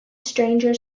stranger